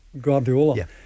Guardiola